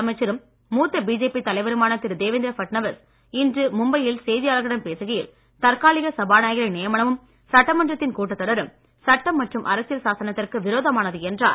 இதற்கிடையே முன்னாள் முதலமைச்சரும் மூத்த பிஜேபி தலைவருமான திரு தேவேந்திர பட்நவீஸ் இன்று மும்பையில் செய்தியாளர்களிடம் பேசுகையில் தற்காலிக சபாநாயகரின் நியமனமும் சட்டமன்றத்தின் கூட்டத்தொடரும் சட்டம் மற்றும் அரசியல் சாசனத்திற்கு விரோதமானது என்றார்